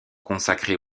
consacrés